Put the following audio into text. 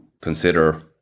consider